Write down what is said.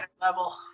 level